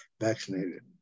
vaccinated